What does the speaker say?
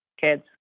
kids